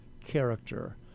character